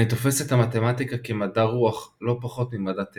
אני תופס את המתמטיקה כמדע רוח לא פחות ממדע טבע.